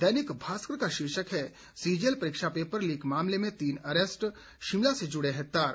दैनिक भास्कर का शीर्षक है सीजीएल परीक्षा पेपर लीक मामले में तीन अरेस्ट शिमला से जुड़े हैं तार